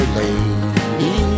lady